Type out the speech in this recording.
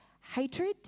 hatred